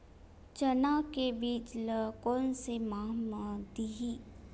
चना के बीज ल कोन से माह म दीही?